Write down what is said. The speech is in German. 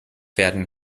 werden